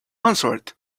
answered